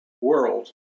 world